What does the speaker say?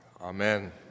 Amen